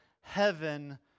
heaven